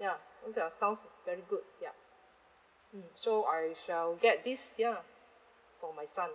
ya that sounds very good ya mm so I shall get this ya for my son